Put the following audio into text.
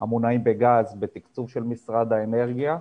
המונעים בגז בתקצוב של משרד האנרגיה,